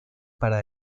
para